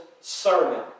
sermon